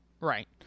Right